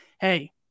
Hey